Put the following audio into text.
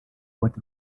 with